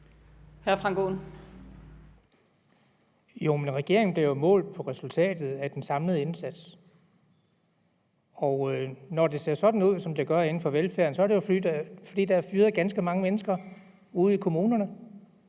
Frank Aaen (EL): Jo, men regeringen bliver jo målt på resultatet af den samlede indsats, og når det ser sådan ud, som det gør inden for velfærden, så er det, fordi der er fyret ganske mange mennesker ude i kommunerne.